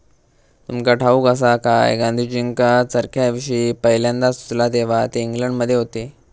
तुमका ठाऊक आसा काय, गांधीजींका चरख्याविषयी पयल्यांदा सुचला तेव्हा ते इंग्लंडमध्ये होते